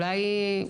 אולי.